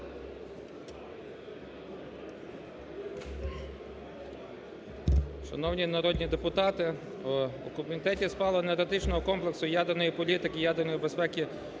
Шановні народні депутати! У Комітеті з паливно-енергетичного комплексу, ядерної політики, ядерної безпеки